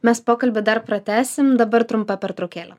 mes pokalbį dar pratęsim dabar trumpa pertraukėlė